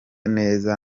neza